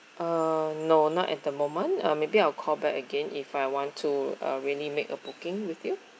uh no not at the moment uh maybe I'll call back again if I want to uh really make a booking with you